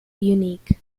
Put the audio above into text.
unique